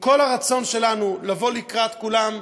עם כל הרצון שלנו לבוא לקראת כולם,